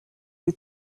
you